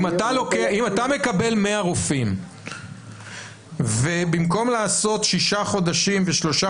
אם אתה מקבל 100 רופאים ובמקום לעשות שישה חודשים ושלושה